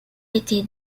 été